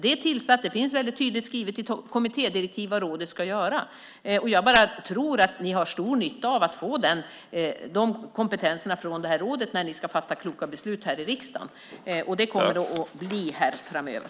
Det är tillsatt. Det finns väldigt tydligt skrivet i kommittédirektivet vad rådet ska göra. Jag tror att ni har stor nytta av kompetensen från rådet när ni ska fatta kloka beslut här i riksdagen. Så kommer det att bli framöver.